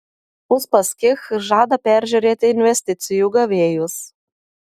uspaskich žada peržiūrėti investicijų gavėjus